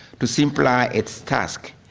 to simplify its task,